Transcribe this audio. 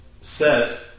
set